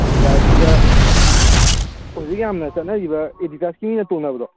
ꯑꯦꯗꯤꯗꯥꯁꯀꯤꯗ ꯍꯧꯖꯤꯛ ꯌꯥꯝꯅ ꯆꯠꯅꯔꯤꯕ ꯑꯦꯗꯤꯗꯥꯁꯀꯤ ꯇꯣꯡꯅꯕꯗꯣ